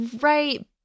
right